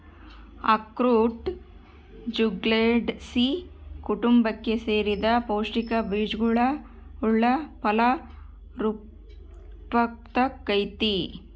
ಅಖ್ರೋಟ ಜ್ಯುಗ್ಲಂಡೇಸೀ ಕುಟುಂಬಕ್ಕೆ ಸೇರಿದ ಪೌಷ್ಟಿಕ ಬೀಜವುಳ್ಳ ಫಲ ವೃಕ್ಪವಾಗೈತಿ